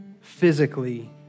physically